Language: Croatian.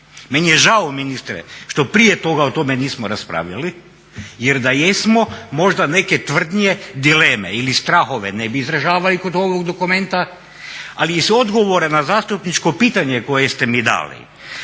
Meni je žao ministre što prije toga o tome nismo raspravljali jer da jesmo možda neke tvrdnje, dileme ili strahove ne bi izražavali kod ovog dokumenta, ali iz odgovora na zastupničko pitanje koje ste mi dali